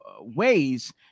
ways